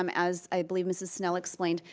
um as i believe mrs. snell explained,